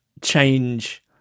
change